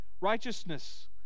righteousness